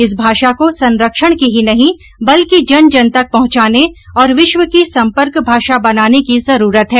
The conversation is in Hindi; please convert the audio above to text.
इस भाषा को संरक्षण की ही नहीं बल्कि जन जन तक पहुंचाने और विश्व की सम्पर्क भाषा बनाने की जरूरत है